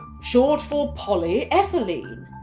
short for polyethylene.